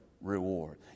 reward